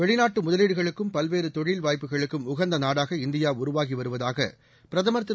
வெளிநாட்டு முதலீடுகளுக்கும் பல்வேறு தொழில் வாய்ப்புகளுக்கும் உகந்த நாடாக இந்தியா உருவாகி வருவதாக பிரதமர் திரு